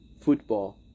football